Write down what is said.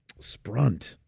Sprunt